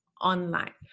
online